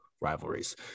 rivalries